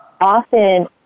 often